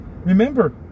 Remember